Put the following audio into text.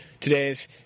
today's